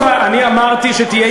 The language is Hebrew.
אני אמרתי שתהיה